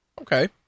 Okay